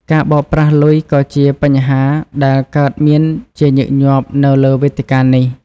ការបោកប្រាស់លុយក៏ជាបញ្ហាដែលកើតមានជាញឹកញាប់នៅលើវេទិកានេះ។